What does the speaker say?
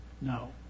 No